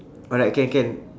alright can can